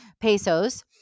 pesos